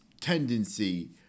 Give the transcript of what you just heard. tendency